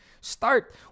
Start